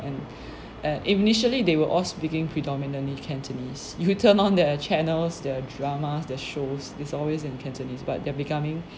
and and initially they were all speaking predominantly cantonese if you turn on their channels their drama the shows is always in cantonese but they're becoming